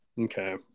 Okay